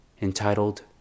entitled